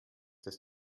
das